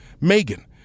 Megan